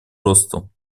росту